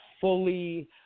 fully